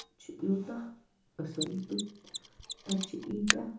چھِ یوٗتاہ اَصٕل تہٕ تَتہِ چھِ ییٖتیاہ